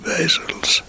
Basils